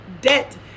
debt